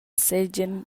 seigien